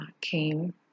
came